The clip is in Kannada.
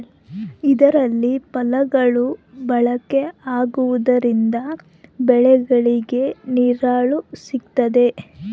ಇದರಲ್ಲಿ ಫಲಕಗಳು ಬಳಕೆ ಆಗುವುದರಿಂದ ಬೆಳೆಗಳಿಗೆ ನೆರಳು ಸಿಗುತ್ತದೆ